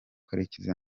murekezi